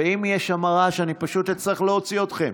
אם יש שם רעש, אני פשוט אצטרך להוציא אתכם.